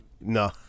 No